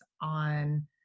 on